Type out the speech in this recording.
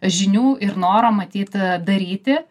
žinių ir noro matyt daryti